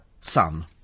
son